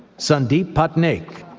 sundeep patnaik,